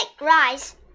rice